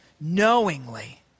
knowingly